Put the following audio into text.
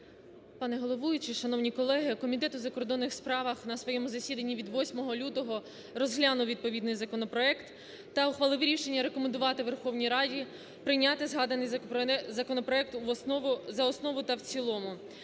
Пане головуючий, шановні колеги! Комітет у закордонних справах на своєму засіданні від 8 лютого розглянув відповідний законопроект та ухвалив рішення рекомендувати Верховній Раді прийняти згаданий законопроект за основу та в цілому.